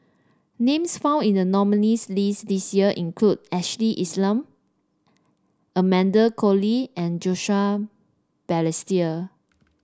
names found in the nominees' list this year include Ashley Isham Amanda Koe Lee and Joseph Balestier